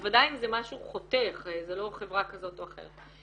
בוודאי אם זה משהו חותך, זה לא חברה כזאת או אחרת.